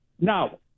Now